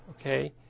Okay